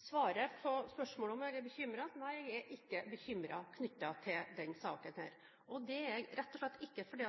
Svaret på spørsmålet om jeg er bekymret er nei, jeg er ikke bekymret knyttet til denne saken. Det er jeg ikke, rett og slett fordi